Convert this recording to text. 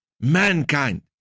mankind